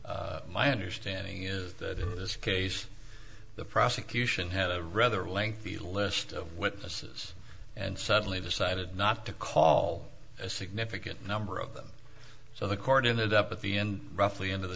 my understanding is that this case the prosecution had a rather lengthy list of witnesses and suddenly decided not to call a significant number of them so the court in that up at the end roughly into the